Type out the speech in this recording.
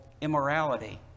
immorality